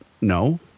No